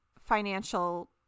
financial